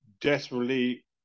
desperately